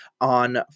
on